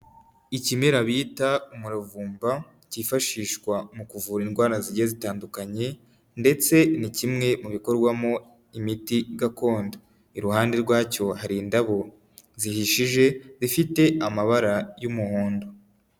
Ikimera bita umuravumba kifashishwa mu kuvura indwara zigiye zitandukanye, ndetse ni kimwe mu bikorwamo imiti gakondo. Iruhande rwacyo hari indabo zihishije zifite amabara y'umuhondo.